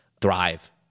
thrive